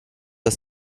das